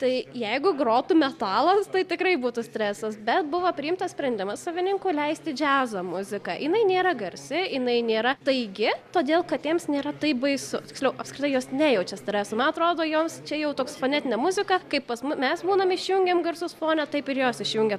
tai jeigu grotų metalas tai tikrai būtų stresas bet buvo priimtas sprendimas savininkų leisti džiazo muziką jinai nėra garsi inai nėra taigi todėl kad jiems nėra taip baisu tiksliau apskritai jos nejaučia streso man atrodo joms čia jau toks fonetinė muzika kaip pas mu mes būnam išjungiam garsus fone taip ir jos išjungia